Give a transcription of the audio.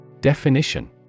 Definition